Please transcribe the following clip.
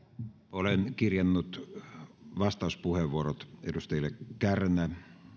olen kirjannut vastauspuheenvuorot edustajille kärnä